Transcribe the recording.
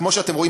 כמו שאתם רואים,